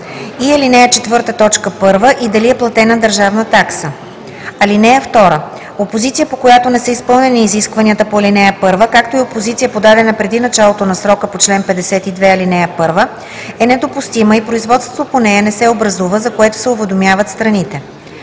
и ал. 4, т. 1, и дали е платена държавна такса. (2) Опозиция, по която не са изпълнени изискванията по ал. 1, както и опозиция, подадена преди началото на срока по чл. 52, ал. 1, е недопустима и производство по нея не се образува, за което се уведомяват страните.